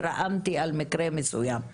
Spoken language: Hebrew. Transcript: התרעמתי על מקרה מסוים.